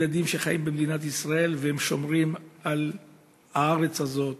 ילדים שחיים במדינת ישראל ושומרים על הארץ הזאת,